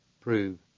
prove